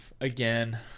again